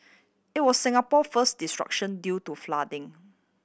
it was Singapore first disruption due to flooding